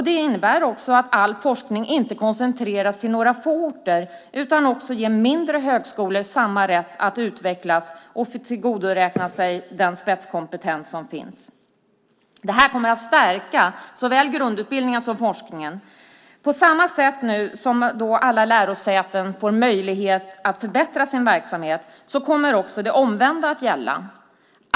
Det innebär också att all forskning inte koncentreras till några få orter utan att också mindre högskolor ges samma rätt att utvecklas och få tillgodoräkna sig den spetskompetens som finns. Det här kommer att stärka såväl grundutbildningen som forskningen. På samma sätt som alla lärosäten får möjlighet att förbättra sin verksamhet kommer också det omvända att gälla.